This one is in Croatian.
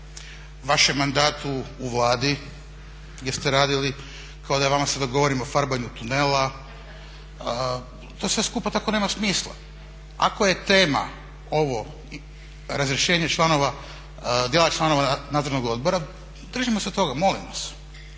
vašem mandatu u Vladi gdje ste radili, kao da je vama sada govorim o farbanju tunela, to sve skupa tako nema smisla. Ako je tema ovo razrješenje članova, djela članova Nadzornog odbora držimo se toga molim vas.